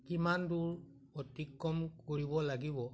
কিমান দূৰ অতিক্ৰম কৰিব লাগিব